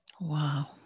Wow